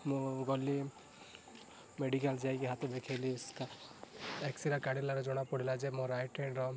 ମୁଁ ଗଲି ମେଡ଼ିକାଲ୍ ଯାଇକି ହାତ ଦେଖାଇଲି ଏକ୍ସରେ କାଢ଼ିଲାରୁ ଜଣା ପଡ଼ିଲା ଯେ ମୋ ରାଇଟ୍ ହ୍ୟାଣ୍ଡର